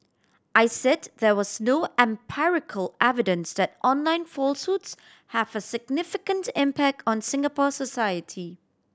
I said there was no empirical evidence that online falsehoods have a significant impact on Singapore society